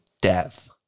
death